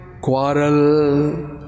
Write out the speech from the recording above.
Quarrel